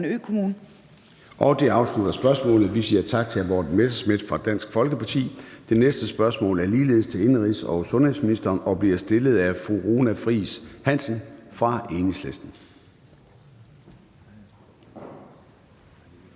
Det afslutter spørgsmålet. Vi siger tak til hr. Morten Messerschmidt fra Dansk Folkeparti. Det næste spørgsmål er ligeledes til indenrigs- og sundhedsministeren og bliver stillet af fru Runa Friis Hansen fra Enhedslisten.